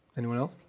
anyone else?